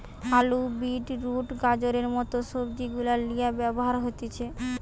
আলু, beetroot, গাজরের মত সবজি গুলার লিয়ে ব্যবহার হতিছে